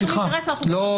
אין שום אינטרס --- לא,